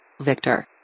Victor